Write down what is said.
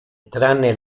tranne